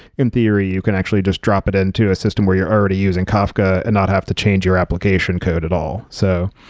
in theory, you can actually just drop it into a system where you're already using kafka and not have to change your application code at all. so,